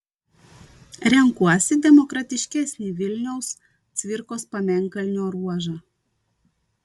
renkuosi demokratiškesnį vilniaus cvirkos pamėnkalnio ruožą